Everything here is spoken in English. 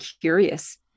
curious